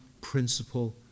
principle